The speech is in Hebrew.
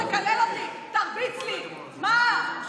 בוא לקלל אותי, תרביץ לי, מה?